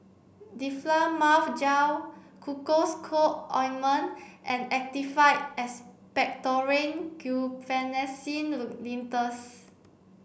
Difflam Mouth Gel Cocois Co Ointment and Actified Expectorant Guaiphenesin Linctus